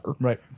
Right